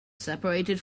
seperated